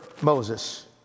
Moses